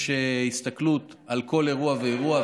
יש הסתכלות על כל אירוע ואירוע,